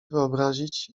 wyobrazić